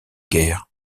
guerre